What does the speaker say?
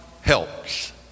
helps